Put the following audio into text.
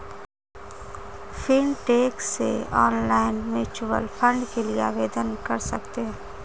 fintech से online mutual fund के लिए आवेदन कर सकते हैं